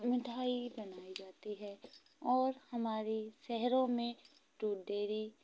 मिठाई बनाई जाती है और हमारी शहरों में दूध डेयरी